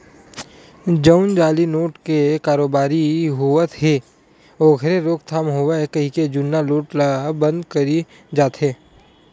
जउन जाली नोट के कारोबारी होवत हे ओखर रोकथाम होवय कहिके जुन्ना नोट ल बंद करे जाथे